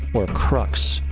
or crux,